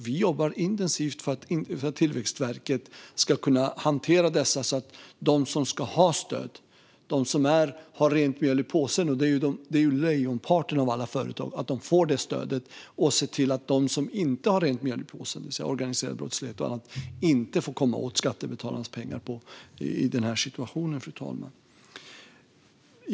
Vi jobbar intensivt för att Tillväxtverket ska kunna hantera dessa, så att de som ska ha stöd, de som har rent mjöl i påsen, vilket är lejonparten av alla företag, också får stödet. Vi ska också se till att de som inte har rent mjöl i påsen, det vill säga bland annat de som ägnar sig åt organiserad brottslighet, inte får komma åt skattebetalarnas pengar i den här situationen, fru talman.